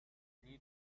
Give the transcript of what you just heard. need